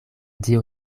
dio